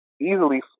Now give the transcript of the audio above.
easily